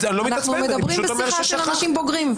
אנחנו מדברים בשיחה של אנשים בוגרים.